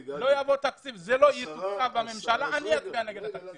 סגן השר לביטחון הפנים דסטה גדי יברקן: אני אתן לך